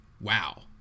Wow